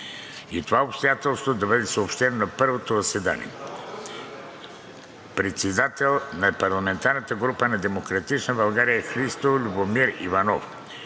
и това обстоятелство да бъде съобщено на първото заседание. Председател на парламентарната група на „Демократична България“ – Христо Любомиров Иванов,